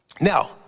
Now